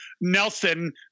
Nelson